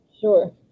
Sure